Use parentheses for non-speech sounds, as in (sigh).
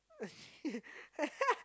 (laughs)